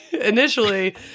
initially